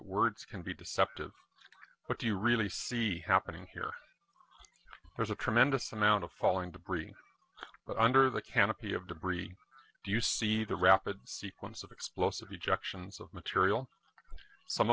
words can be deceptive what do you really see happening here there's a tremendous amount of falling debris but under the canopy of debris do you see the rapid seams of explosive ejections of material some